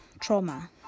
trauma